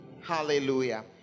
Hallelujah